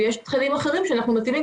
ויש תכנים אחרים שאנחנו מתאימים,